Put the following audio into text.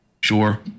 sure